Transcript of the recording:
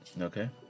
Okay